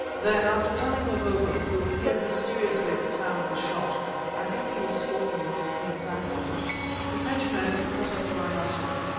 then after telling mavovo, who appeared mysteriously at the sound of the shot i think he was stalking us in case of accidents to fetch men to cut up the rhinoceros,